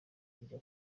kujya